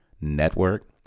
Network